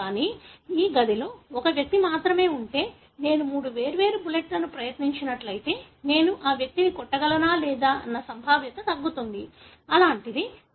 కానీ ఈ గదిలో ఒక వ్యక్తి మాత్రమే ఉంటే నేను మూడు వేర్వేరు బుల్లెట్లను ప్రయత్నించినట్లయితే నేను ఆ వ్యక్తిని కొట్టగలనా లేదా అన్నది సంభావ్యత తగ్గుతుంది అలాంటిది